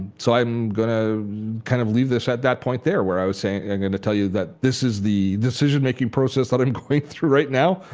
so i'm going to kind of leave this at that point there where i was saying i'm and going to tell you that this is the decision making process that i'm going through right now.